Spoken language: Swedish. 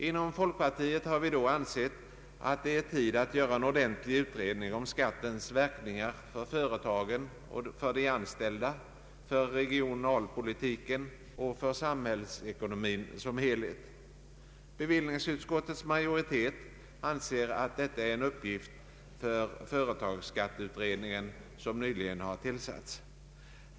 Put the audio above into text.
Inom folkpartiet har vi då ansett, att det är tid att göra en ordentlig utredning om skattens verkningar för företagen och för de anställda, för regionalpolitiken och för samhällsekonomin som helhet. Bevillningsutskottets majoritet anser att detta är en uppgift för företagsskatteutredningen som nyligen tillsatts.